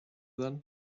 then